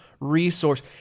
resource